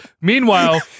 meanwhile